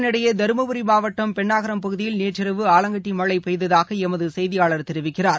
இதனிடையே தருமபுரி மாவட்டம் பென்னகரம் பகுதியில் நேற்றிரவு ஆல்ங்கட்டி மழை பெய்ததாக எமது செய்தியாளர் தெரிவிக்கிறார்